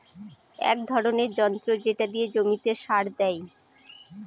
এক ধরনের যন্ত্র যেটা দিয়ে জমিতে সার দেয়